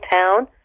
town